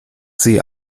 sie